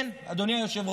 כן, אדוני היושב-ראש,